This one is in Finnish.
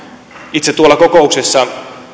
itse kokouksessa